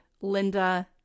Linda